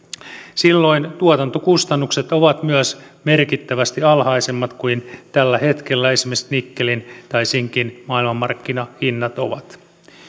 silloin tuotantokustannukset ovat myös merkittävästi alhaisemmat kuin tällä hetkellä esimerkiksi nikkelin tai sinkin maailmanmarkkinahinnat ovat